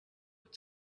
with